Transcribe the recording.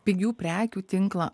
pigių prekių tinklą